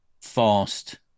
fast